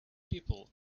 people